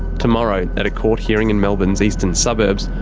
tomorrow, at a court hearing in melbourne's eastern suburbs,